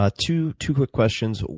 ah two two quick questions.